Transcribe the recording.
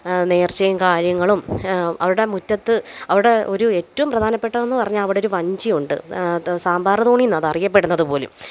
നേർച്ചയും കാര്യങ്ങളും അവിടെ മുറ്റത്ത് അവിടെ ഒരു ഏറ്റോം പ്രധാനപ്പെട്ടെതെന്ന് പറഞ്ഞാൽ അവിടൊരു വഞ്ചിയുണ്ട് അത് സാമ്പാർ തോണീന്നാണ് അതറിയപ്പെടുന്നതുപോലും